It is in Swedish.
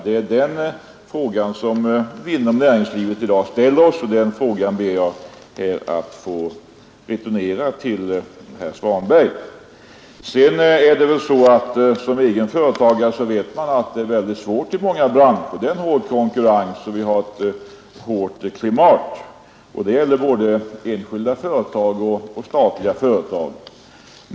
Det är den frågan som vi inom näringslivet i dag ställer oss, och den frågan ber jag att få vidarebefordra till herr Svanberg. Som egen företagare vet jag att det är väldigt svårt i många branscher. Konkurrensen är hård, och vi har ett hårt klimat. Det gäller både enskilda företag och statliga företag.